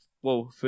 Whoa